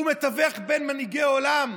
הוא מתווך בין מנהיגי העולם,